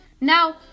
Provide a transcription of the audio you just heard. Now